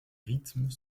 rythment